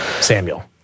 Samuel